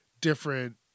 different